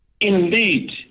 Indeed